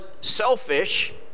selfish